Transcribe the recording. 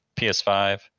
PS5